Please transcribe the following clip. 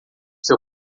seu